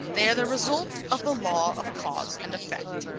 they are the result of the law of cause and effect.